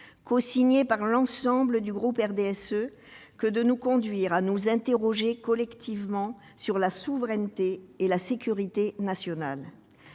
cosignée par l'ensemble des membres du groupe RDSE vise à nous conduire à nous interroger collectivement sur la souveraineté et la sécurité nationales.